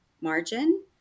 margin